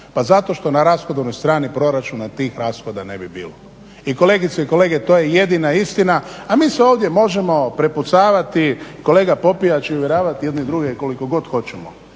Pa zato što na rashodovnoj strani proračuna tih rashoda ne bi bilo. I kolegice i kolege to je jedina istina, a mi se ovdje možemo prepucavati kolega Popijač i uvjeravati jedni druge koliko god hoćemo.